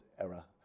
era